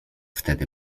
wtedy